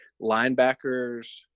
linebackers